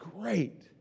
great